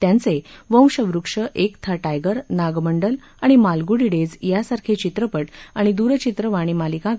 त्यांचे वंशवक्ष एक था टायगर नागमंडल आणि मालगुंडी डेज यासारखे चित्रपट आणि दूरचित्रवाणी मालिका गाजल्या